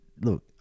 look